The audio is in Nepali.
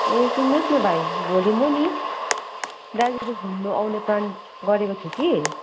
ए सुन्नुहोस् न भाइ भोलि म नि दार्जिलिङ घुम्नु आउने प्लान गरेको छु कि